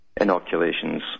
inoculations